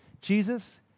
Jesus